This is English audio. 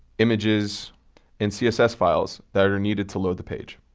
images and css files, that are needed to load the page.